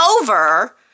over